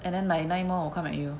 and then ninety nine more will come at you